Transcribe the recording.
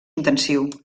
intensiu